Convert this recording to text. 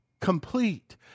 complete